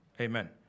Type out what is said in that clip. Amen